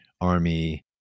Army